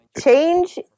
change